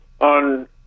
on